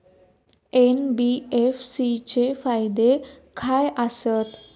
NBFC चे फायदे खाय आसत?